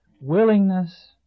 willingness